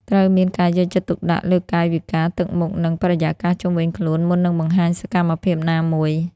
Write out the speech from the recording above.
ត្រូវមានការយកចិត្តទុកដាក់លើកាយវិការ ទឹកមុខ និងបរិយាកាសជុំវិញខ្លួន មុននឹងបង្ហាញសកម្មភាពណាមួយ។